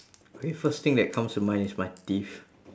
okay first thing that comes to mind is my teeth